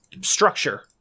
structure